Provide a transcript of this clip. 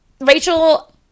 Rachel